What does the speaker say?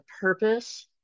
purpose